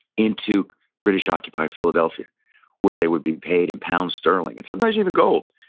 into british-occupied philadelphia where they would be paid in pounds sterling and sometimes even gold,